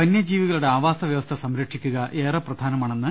വന്യജീവികളുടെ ആവാസ വ്യവസ്ഥ സംരക്ഷിക്കുക ഏറെ പ്രധാനമാണെന്ന്